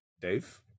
Dave